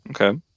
okay